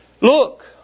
look